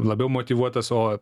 labiau motyvuotas o